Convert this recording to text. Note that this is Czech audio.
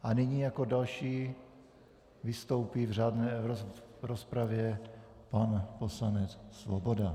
A nyní jako další vystoupí v řádné rozpravě pan poslanec Svoboda.